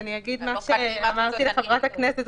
אגיד את מה שאמרתי לחברת הכנסת.